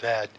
that